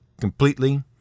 completely